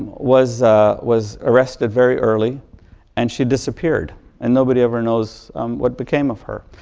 was was arrested very early and she disappeared and nobody ever knows what became of her.